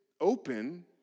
open